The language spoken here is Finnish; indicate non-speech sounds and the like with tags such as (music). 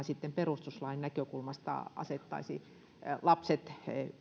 (unintelligible) sitten perustuslain näkökulmasta asettaisi lapset